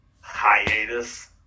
hiatus